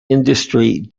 industry